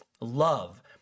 love